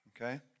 Okay